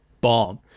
bomb